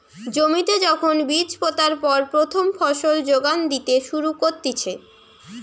জমিতে যখন বীজ পোতার পর প্রথম ফসল যোগান দিতে শুরু করতিছে